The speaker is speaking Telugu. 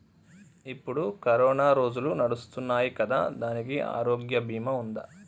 ఇప్పుడు కరోనా రోజులు నడుస్తున్నాయి కదా, దానికి ఆరోగ్య బీమా ఉందా?